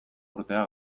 urtea